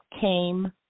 came